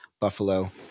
buffalo